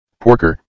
Porker